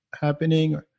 happening